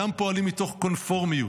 אינם פועלים מתוך קונפורמיות.